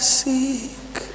seek